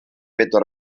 bedwar